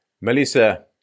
Melissa